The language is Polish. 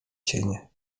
cienie